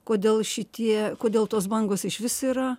kodėl šitie kodėl tos bangos išvis yra